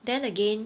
then again